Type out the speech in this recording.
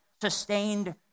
sustained